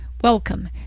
Welcome